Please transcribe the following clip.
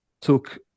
took